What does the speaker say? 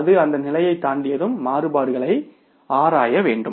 அது அந்த நிலையைத் தாண்டியதும் மாறுபாடுகளை ஆராய வேண்டும்